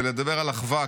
בלדבר על אחווה,